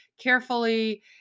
carefully